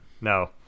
No